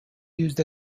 used